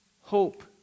hope